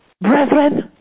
Brethren